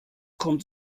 kommt